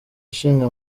ishinga